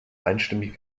einstimmig